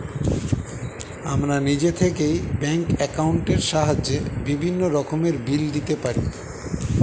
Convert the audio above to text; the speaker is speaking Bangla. আমরা নিজে থেকেই ব্যাঙ্ক অ্যাকাউন্টের সাহায্যে বিভিন্ন রকমের বিল দিতে পারি